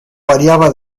variaba